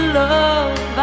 love